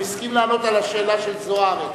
הוא הסכים לענות על השאלה של חברת הכנסת זוארץ,